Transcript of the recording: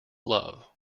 love